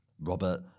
Robert